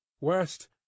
west